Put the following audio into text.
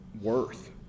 worth